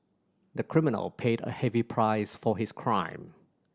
the criminal paid a heavy price for his crime